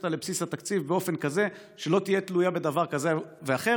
אותה לבסיס התקציב באופן כזה שלא תהיה תלויה בדבר כזה ואחר.